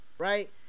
Right